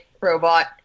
robot